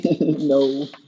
No